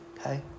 Okay